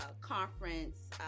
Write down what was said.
conference